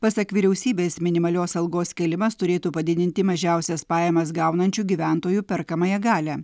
pasak vyriausybės minimalios algos kėlimas turėtų padidinti mažiausias pajamas gaunančių gyventojų perkamąją galią